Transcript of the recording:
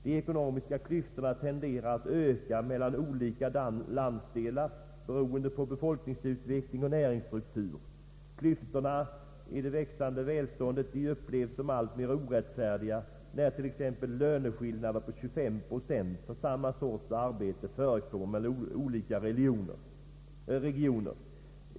De ekonomiska klyftorna tenderar att öka mellan olika landsdelar, beroende på befolkningsutveckling och näringsstruktur. Klyftorna i det växande välståndet upplevs som alltmer orättfärdiga, när t.ex. löneskillnader på 25 procent för samma slag av arbete förekommer i olika regioner.